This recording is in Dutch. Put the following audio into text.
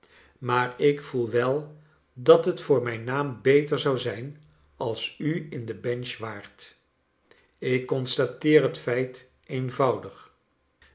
maar ik voel wel dat het voor mijn naam beter zou zijn als u in de bench waart ik constateer het feit een